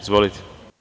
Izvolite.